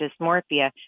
dysmorphia